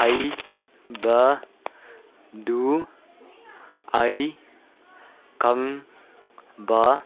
ꯍꯥꯏꯕꯗꯨ ꯑꯩ ꯈꯪꯕ